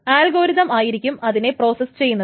algorithm ആയിരിക്കും അതിനെ process ചെയ്യുന്നത്